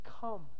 come